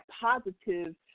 positive